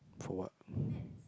for what